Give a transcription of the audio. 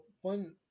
one